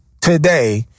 today